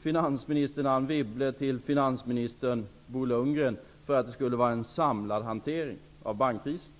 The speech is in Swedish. finansminister Anne Wibble till statsrådet Bo Lundgren för att få en samlad hantering av bankkrisen.